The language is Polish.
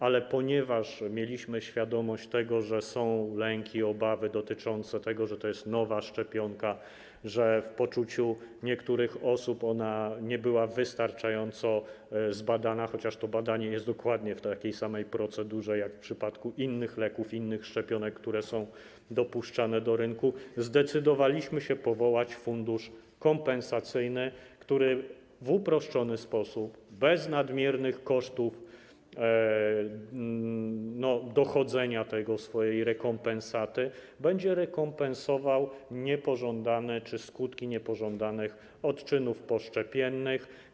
Ale ponieważ mieliśmy świadomość tego, że są lęki i obawy dotyczące tego, że to jest nowa szczepionka, że w poczuciu niektórych osób ona nie była wystarczająco zbadana, chociaż to badanie było dokładnie przeprowadzone, według takiej samej procedury jak w przypadku innych leków i innych szczepionek, które są wypuszczane na rynek, zdecydowaliśmy się powołać fundusz kompensacyjny, który w uproszczony sposób, bez nadmiernych kosztów dochodzenia swojej rekompensaty, będzie rekompensował skutki niepożądanych odczynów poszczepiennych.